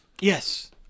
Yes